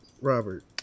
Robert